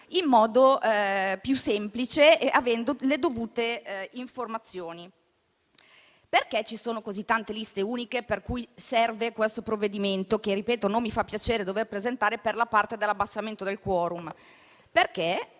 in modo più semplice e con le dovute informazioni. Perché ci sono così tante liste uniche per cui serve questo provvedimento, che - ripeto - non mi fa piacere dover presentare per la parte dell'abbassamento del *quorum*?